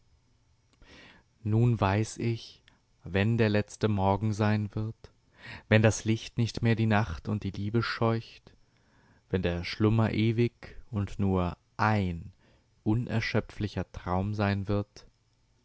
nun weiß ich wenn der letzte morgen sein wird wenn das licht nicht mehr die nacht und die liebe scheucht wenn der schlummer ewig und nur ein unerschöpflicher traum sein wird